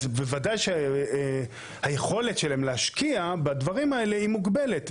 אז בוודאי שהיכולת שלהם להשקיע בדברים האלה היא מוגבלת.